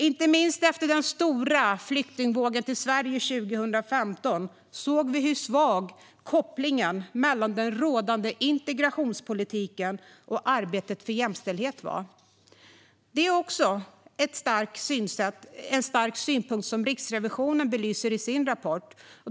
Inte minst efter den stora flyktingvågen till Sverige 2015 såg vi hur svag kopplingen mellan den rådande integrationspolitiken och arbetet för jämställdhet var. Det är också en stark synpunkt som Riksrevisionen belyser i sin rapport.